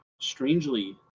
Strangely